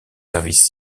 services